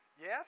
yes